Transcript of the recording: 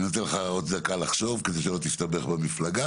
אני נותן לך עוד דקה לחשוב כדי שלא תסתבך במפלגה.